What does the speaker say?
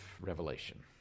Revelation